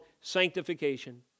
sanctification